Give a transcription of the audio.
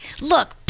look